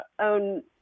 own